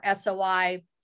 SOI